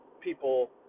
people